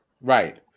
Right